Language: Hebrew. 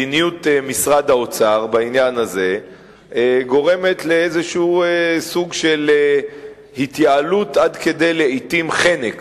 מדיניות משרד האוצר בעניין הזה גורמת לסוג של התייעלות עד כדי חנק